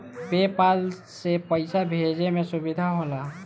पे पाल से पइसा भेजे में सुविधा होला